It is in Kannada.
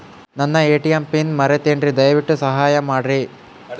ನನ್ನ ಎ.ಟಿ.ಎಂ ಪಿನ್ ಮರೆತೇನ್ರೀ, ದಯವಿಟ್ಟು ಸಹಾಯ ಮಾಡ್ರಿ